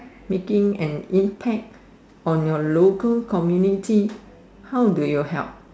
making an impact on your local community how do you help